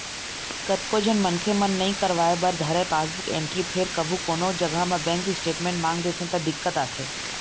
कतको झन मनखे मन नइ करवाय बर धरय पासबुक एंटरी फेर कभू कोनो जघा म बेंक स्टेटमेंट मांग देथे त दिक्कत आथे